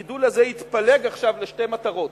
הגידול הזה יתפלג עכשיו לשתי מטרות.